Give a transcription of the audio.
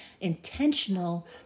intentional